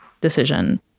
decision